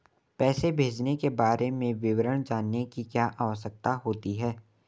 पैसे भेजने के बारे में विवरण जानने की क्या आवश्यकता होती है?